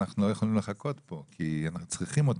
הם לא יכולים לחכות כי הם צריכים לנתח.